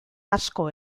asko